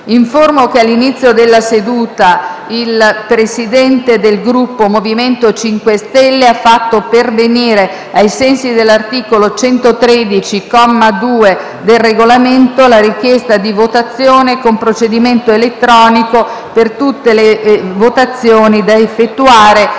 che all'inizio della seduta il Presidente del Gruppo MoVimento 5 Stelle ha fatto pervenire, ai sensi dell'articolo 113, comma 2, del Regolamento, la richiesta di votazione con procedimento elettronico per tutte le votazioni da effettuare